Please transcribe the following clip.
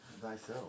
thyself